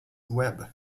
webb